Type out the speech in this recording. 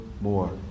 more